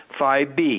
5B